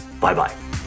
Bye-bye